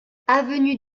avenue